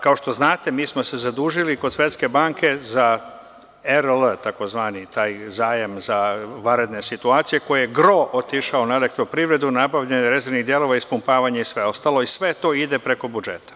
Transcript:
Kao što znate, mi smo se zadužili kod Svetske banke za ERL, takozvani taj zajam za vanredne situacije koji je gro otišao na elektroprivredu, nabavljanje rezervnih delova, ispumpavanje i sve ostalo i sve to ide preko budžeta.